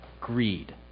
greed